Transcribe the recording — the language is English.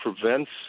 prevents